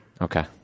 okay